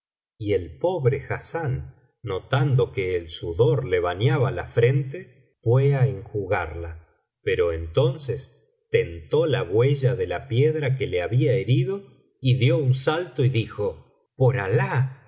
y el pobre hassán notando que el sudor le bañaba la fren biblioteca valenciana generalitat valenciana las mil noches y una noche te fué á enjugarla pero entonces tentó la huella de la piedra que le había herido y dio up salto y dijo por alah